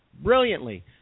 brilliantly